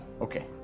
Okay